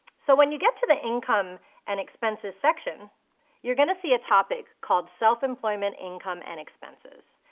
so when you get to the income and expenses section you're gonna see a topic called self-employment income and expenses.